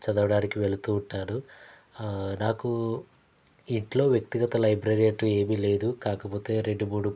చదవడానికి వెళుతూ ఉంటాను నాకు ఇంట్లో వ్యక్తిగత లైబ్రరీ అంటూ ఏమీ లేదు కాకపోతే రెండు మూడు